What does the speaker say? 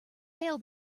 bail